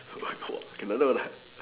oh my god okay